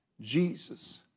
Jesus